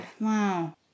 wow